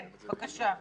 בבקשה.